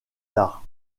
tard